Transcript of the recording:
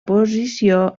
posició